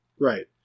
Right